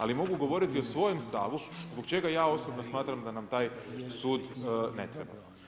Ali mogu govoriti o svojem stavu zbog čega ja osobno smatram da nam taj sud ne treba.